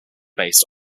based